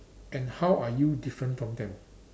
and how are you different from them